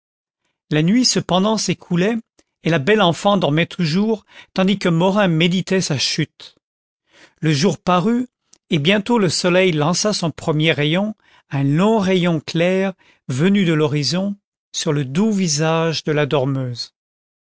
la nuit cependant s'écoulait et la belle enfant dormait toujours tandis que morin méditait sa chute le jour parut et bientôt le soleil lança son premier rayon un long rayon clair venu du bout de l'horizon sur le doux visage de la dormeuse